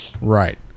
Right